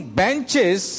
benches